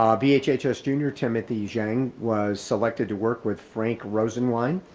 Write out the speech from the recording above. um vhhs junior, timothy zhang was selected to work with frank rosenline,